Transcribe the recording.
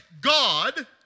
God